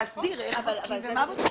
להסדיר איך בודקים ומה בודקים.